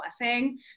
blessing